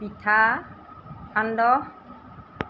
পিঠা সান্দহ